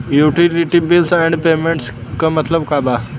Utility bills and payments क मतलब का बा?